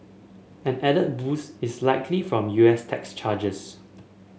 an added boost is likely from U S tax charges